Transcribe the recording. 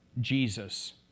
Jesus